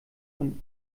von